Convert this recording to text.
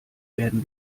werden